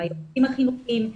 עם היועצים החינוכיים,